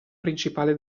principale